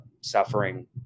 suffering